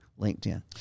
LinkedIn